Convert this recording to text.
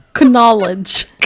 knowledge